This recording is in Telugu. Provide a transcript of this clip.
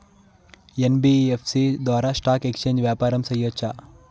యన్.బి.యఫ్.సి ద్వారా స్టాక్ ఎక్స్చేంజి వ్యాపారం సేయొచ్చా?